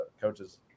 coaches